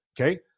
Okay